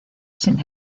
sin